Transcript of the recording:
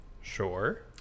sure